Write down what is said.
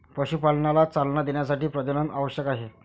पशुपालनाला चालना देण्यासाठी प्रजनन आवश्यक आहे